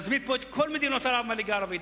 להזמין לפה את כל מדינות ערב מהליגה הערבית.